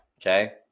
Okay